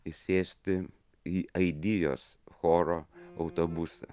įsėsti į aidijos choro autobusą